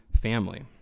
family